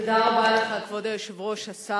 תודה רבה לך, השר